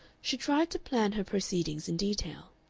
she tried to plan her proceedings in detail.